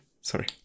sorry